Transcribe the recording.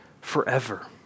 forever